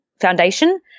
Foundation